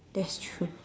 that's true